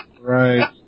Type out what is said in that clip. Right